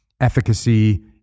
efficacy